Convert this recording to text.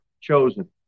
chosen